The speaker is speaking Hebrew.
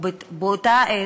ובאותה עת,